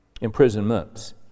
Imprisonments